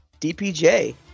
DPJ